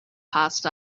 passed